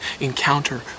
encounter